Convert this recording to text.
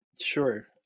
Sure